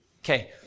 Okay